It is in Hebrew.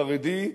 חרדי,